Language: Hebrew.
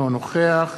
אינו נוכח